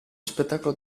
spettacolo